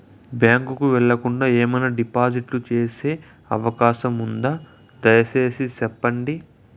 Bank కు వెళ్లకుండా, ఏమన్నా డిపాజిట్లు సేసే అవకాశం ఉందా, దయసేసి సెప్పండి?